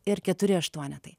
ir keturi aštuonetai